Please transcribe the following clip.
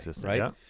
right